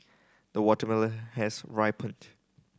the watermelon has ripened